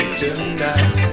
tonight